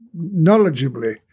knowledgeably